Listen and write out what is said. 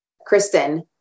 Kristen